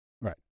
Right